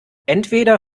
entweder